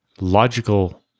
logical